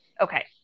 Okay